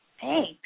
Thanks